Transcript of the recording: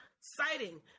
citing